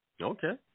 Okay